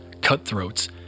cutthroats